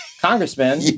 congressman